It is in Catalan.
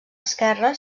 esquerra